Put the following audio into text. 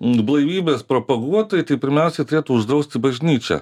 blaivybės propaguotojai tai pirmiausia turėtų uždrausti bažnyčią